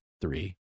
three